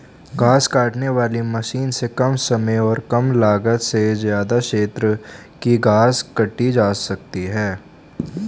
घास काटने वाली मशीन से कम समय और कम लागत में ज्यदा क्षेत्र की घास काटी जा सकती है